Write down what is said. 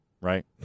right